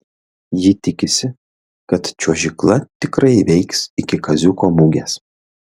ji tikisi kad čiuožykla tikrai veiks iki kaziuko mugės